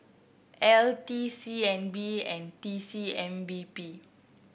L T C N B and T C M P B